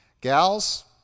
Gals